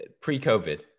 pre-COVID